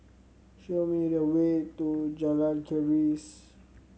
show me the way to Jalan Keris